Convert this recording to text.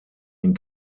den